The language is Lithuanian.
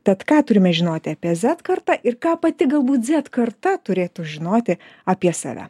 tad ką turime žinoti apie z kartą ir ką pati galbūt z karta turėtų žinoti apie save